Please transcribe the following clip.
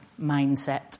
mindset